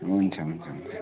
हुन्छ हुन्छ हुन्छ